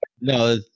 No